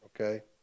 okay